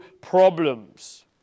problems